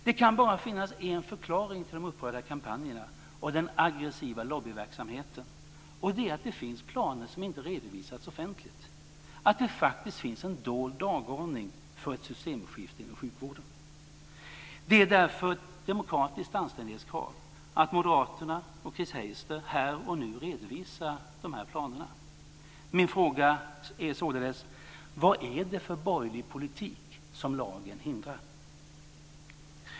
Det kan bara finnas en förklaring till de upprörda kampanjerna och den aggressiva lobbyverksamheten, och det är att det finns planer som inte redovisats offentligt, att det finns en dold dagordning för ett systemskifte inom sjukvården. Det är därför ett demokratiskt anständighetskrav att Moderaterna och Chris Heister här och nu redovisar de här planerna. Min fråga är således: Vad är det för borgerlig politik som lagen hindrar?